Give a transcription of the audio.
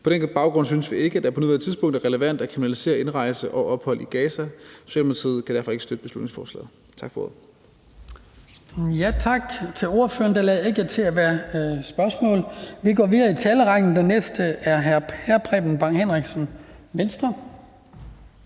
På den baggrund synes vi ikke, at det på nuværende tidspunkt er relevant at kriminalisere indrejse og ophold i Gaza. Socialdemokratiet kan derfor ikke støtte beslutningsforslaget. Tak for ordet.